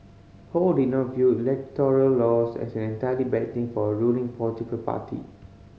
Ho did not view electoral loss as an entirely bad thing for a ruling political party